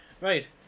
right